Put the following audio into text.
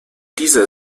diese